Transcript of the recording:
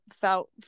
felt